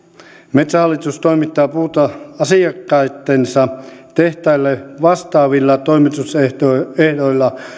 metsähallitus toimittaa puuta asiakkaittensa tehtaille vastaavilla toimitusehdoilla